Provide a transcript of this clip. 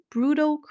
Brutal